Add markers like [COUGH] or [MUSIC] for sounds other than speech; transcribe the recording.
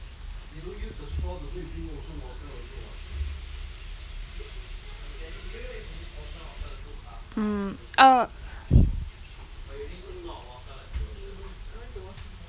mm uh [BREATH]